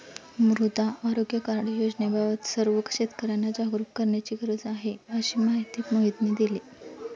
मृदा आरोग्य कार्ड योजनेबाबत सर्व शेतकर्यांना जागरूक करण्याची गरज आहे, अशी माहिती मोहितने दिली